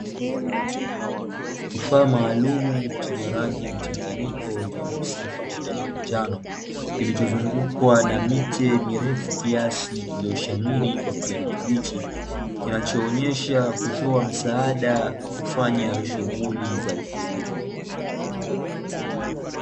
Kifaa maalumu chenye rangi mchanganyiko; nyeusi pamoja na manjano, kilichozungukwa na miche mirefu kiasi iliyoshamiri kwa kijani kibichi, kinachoonesha kutoa msaada kufanya shughuli za ukulima.